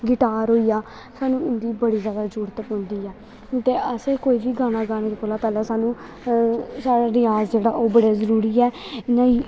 guitar होई गेआ सानूं इन्दी बड़ी जैदा जरूरत पौंदी ऐ ते असें कोई बी गाना गाने कोला पैह्लें सानूं साढ़ा रिआज जेह्ड़ा ओह् बड़ा जरूरी ऐ नेईं